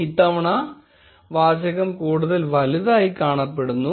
ഇത്തവണ വാചകം കൂടുതൽ വലുതായി കാണപ്പെടുന്നു